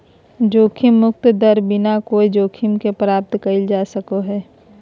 जोखिम मुक्त दर बिना कोय जोखिम के प्राप्त कइल जा सको हइ